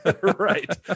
Right